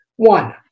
One